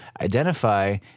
identify